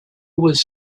was